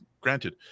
Granted